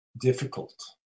difficult